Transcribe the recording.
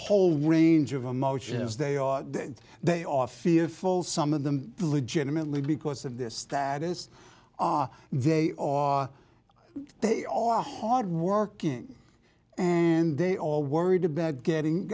whole range of emotions they are they are fearful some of them legitimately because of this that is are they are they are hardworking and they are worried about getting